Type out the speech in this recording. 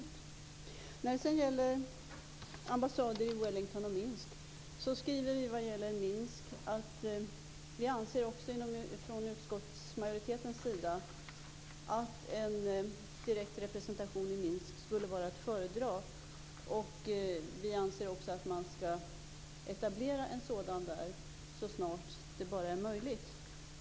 När det sedan gäller ambassader i Wellington och Minsk skriver vi beträffande Minsk att vi också från utskottsmajoritetens sida anser att en direkt representation i Minsk skulle vara att föredra. Vi anser också att man ska etablera en sådan där så snart det bara är möjligt.